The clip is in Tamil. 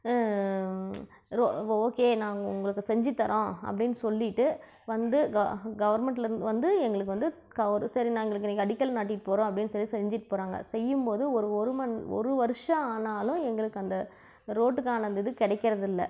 ஓகே நாங்கள் உங்களுக்கு செஞ்சு தர்றோம் அப்படின்னு சொல்லிவிட்டு வந்து கவுர்மெண்ட்லேந்து வந்து எங்களுக்கு வந்து சரி எங்களுக்கு நீங்கள் அடிக்கல் நாட்டிவிட்டு போகிறோம் அப்படின்னு சொல்லி செஞ்சுட்டு போகிறாங்க செய்யும்போது ஒரு ஒரு ஒரு வருஷம் ஆனாலும் எங்களுக்கு அந்த ரோட்டுக்கான அந்த இது கிடைக்கிறதில்ல